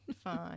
fine